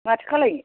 माथो खालामनो